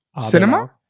cinema